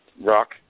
Rock